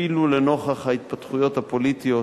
אפילו לנוכח ההתפתחויות הפוליטיות